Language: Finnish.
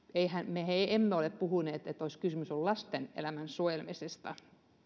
me emme ole puhuneet siitä että kysymys olisi lasten elämän suojelemisesta